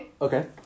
Okay